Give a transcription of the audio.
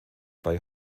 bei